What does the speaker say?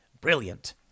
Brilliant